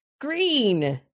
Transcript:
green